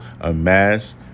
amass